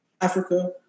Africa